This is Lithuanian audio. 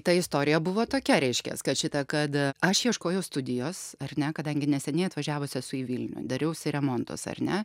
ta istorija buvo tokia reiškias kad šitą kad aš ieškojau studijos ar ne kadangi neseniai atvažiavusi esu į vilnių dariausi remontus ar ne